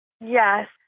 Yes